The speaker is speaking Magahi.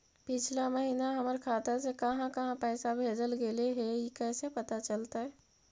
पिछला महिना हमर खाता से काहां काहां पैसा भेजल गेले हे इ कैसे पता चलतै?